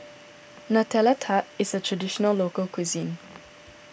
Nutella Tart is a Traditional Local Cuisine